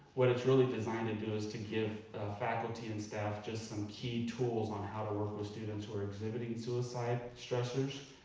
what it's really designed to do is to give faculty and staff just some key tools on how to work with students who are exhibiting suicide stressors.